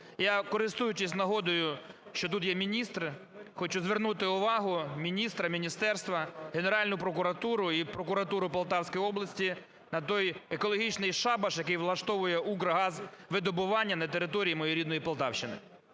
Я, користуючись нагодою, що тут є міністр, хочу звернути увагу міністра, міністерства, Генеральну прокуратуру і прокуратуру Полтавської області на той екологічний шабаш, який влаштовує "Укргазвидобування" на території моєї рідної Полтавщини.